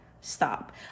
stop